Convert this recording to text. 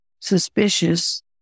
suspicious